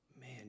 Man